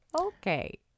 Okay